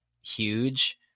huge